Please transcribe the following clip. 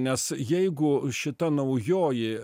nes jeigu šita naujoji